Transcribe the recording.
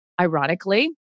ironically